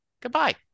Goodbye